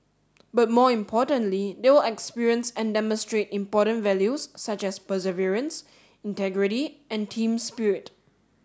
but more importantly they will experience and demonstrate important values such as perseverance integrity and team spirit